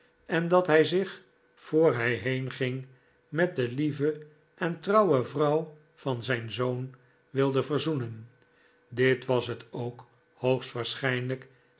en dat hij zich voor hij heenging met de lieve en trouwe vrouw van zijn zoon wilde verzoenen dit was het ook hoogstwaarschijnlijk